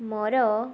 ମୋର